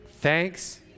Thanks